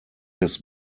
his